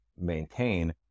maintain